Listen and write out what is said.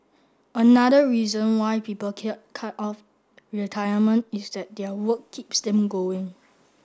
another reason why people cut off retirement is that their work keeps them going